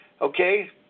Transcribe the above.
Okay